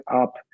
up